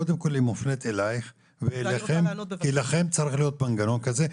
קודם כל היא מופנית אלייך ואליכם כי לכם צריך להיות מנגנון כזה.